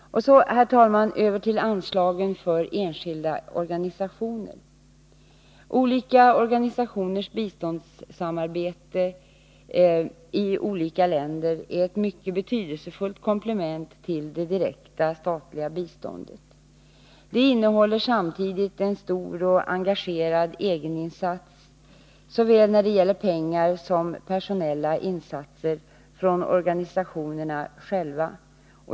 Så, herr talman, över till anslagen till enskilda organisationer. Olika organisationers biståndssamarbete i skilda länder är ett mycket betydelsefullt komplement till det direkta statliga biståndet. Det innehåller samtidigt en stor och engagerad egeninsats när det gäller såväl pengar som personella insatser från organisationerna själva.